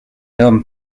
homme